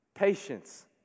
Patience